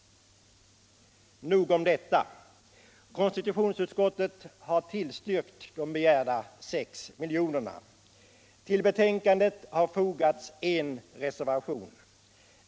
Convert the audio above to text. Nog om detta. Konstitutionsutskottet har tillstyrkt de begärda 6 miljonerna. Till betänkandet har fogats en reservation.